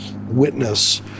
witness